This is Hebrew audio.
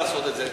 לעשות את זה,